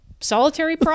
solitary